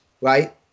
right